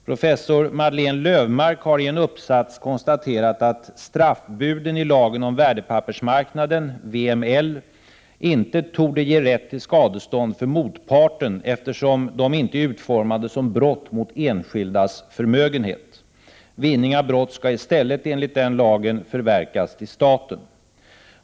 Professor Madeleine Löfmarck har i en uppsats konstaterat att straffbuden i lagen om värdepappersmarknaden, VML, inte torde ge rätt till skadestånd för motparten, eftersom de inte är utformade som brott mot enskilds förmögenhet. Vinning av brott skall i stället enligt lagen förverkas till staten.